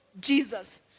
jesus